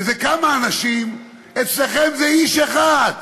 שזה כמה אנשים, אצלכם זה איש אחד.